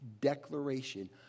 declaration